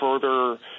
further